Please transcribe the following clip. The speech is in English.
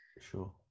Sure